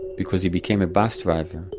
because he became a bus driver,